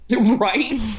Right